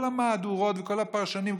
כל המהדורות וכל הפרשנים,